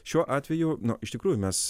šiuo atveju nu iš tikrųjų mes